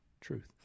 truth